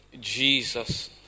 Jesus